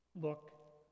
look